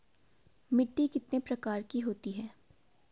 मिट्टी कितने प्रकार की होती है?